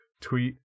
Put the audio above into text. tweet